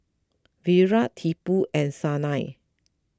Virat Tipu and Sanal